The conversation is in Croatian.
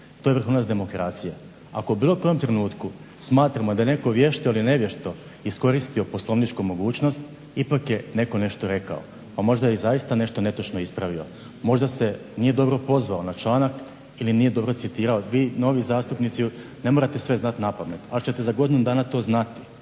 To je vrhunac demokracije. Ako u bilo kojem trenutku smatramo da je netko vješto ili nevješto iskoristio poslovničku mogućnost ipak je netko nešto rekao pa možda je i zaista nešto netočno ispravio, možda se nije dobro pozvao na članak ili nije dobro citirao. Vi novi zastupnici ne morate sve znat napamet, ali ćete za godinu dana to znati.